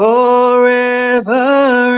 Forever